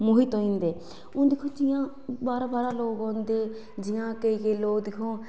मोहित होई जंदे हून दिक्खो जियां बाहरा बाहरा लोग औंदे जियां केईं केईं लोग दिक्खो आं